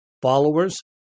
followers